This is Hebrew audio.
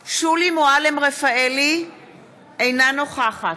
מצביע שולי מועלם-רפאלי, אינה נוכחת